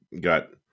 got